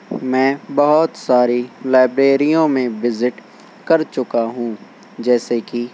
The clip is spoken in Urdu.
میں بہت ساری لائبریریوں میں وزٹ کر چکا ہوں جیسے کہ